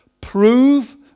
Prove